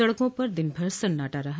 सड़कों पर दिन भर सन्नाटा रहा